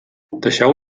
deixeu